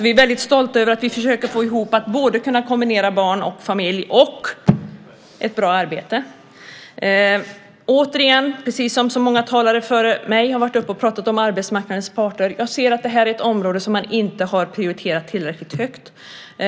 Vi är väldigt stolta över att vi försöker se till att det går att kombinera barn och familj med ett bra arbete. Precis som många talare före mig som har talat om arbetsmarknadens parter ser jag det här som ett område som man inte har prioriterat tillräckligt högt.